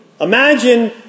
Imagine